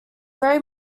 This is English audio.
very